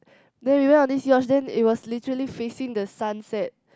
then we went on this yacht then it was literally facing the sunset